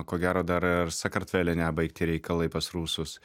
ko gero dar ir sakartvele nebaigti reikalai pas rusus